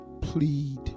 plead